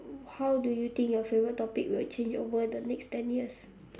how do you think your favourite topic will change over the next ten years